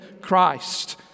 Christ